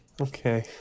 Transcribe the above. Okay